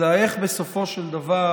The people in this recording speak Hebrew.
אלא איך בסופו של דבר,